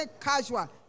casual